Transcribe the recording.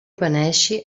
beneeixi